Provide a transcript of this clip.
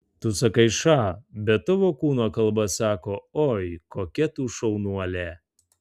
tu sakai ša bet tavo kūno kalba sako oi kokia tu šaunuolė